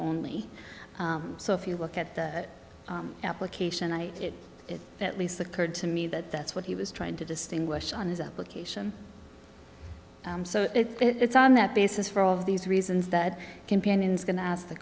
only so if you look at the application i did at least occurred to me that that's what he was trying to distinguish on his application so it's on that basis for all of these reasons that companion's going to ask the